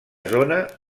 zona